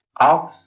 out